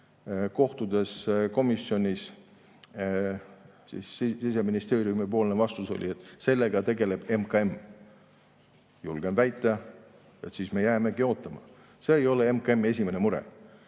Kohtumisel komisjonis oli Siseministeeriumi vastus, et sellega tegeleb MKM. Julgen väita, et siis me jäämegi ootama, see ei ole MKM‑i esimene mure.